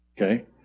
Okay